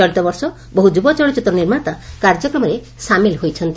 ଚଳିତବର୍ଷ ବହୁ ଯୁବ ଚଳଚ୍ଚିତ୍ର ନିର୍ମାତା କାର୍ଯ୍ୟକ୍ରମରେ ସାମିଲ ହୋଇଛନ୍ତି